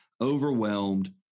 overwhelmed